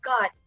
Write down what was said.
God